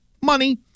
Money